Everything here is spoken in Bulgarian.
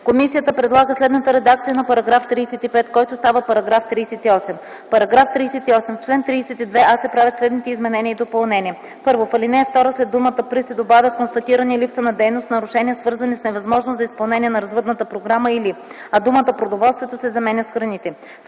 Комисията предлага следната редакция на § 35, който става § 38: „§ 38. В чл. 32а се правят следните изменения и допълнения: 1. В ал. 2 след думата „При” се добавя „констатиране липса на дейност, нарушения, свързани с невъзможност за изпълнение на развъдната програма, или”, а думата “продоволствието” се заменя с “храните”.